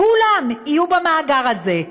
כולם יהיו במאגר הזה.